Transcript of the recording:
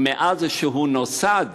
ומאז שהוא נוסד,